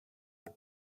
vor